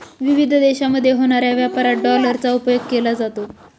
विविध देशांमध्ये होणाऱ्या व्यापारात डॉलरचा उपयोग केला जातो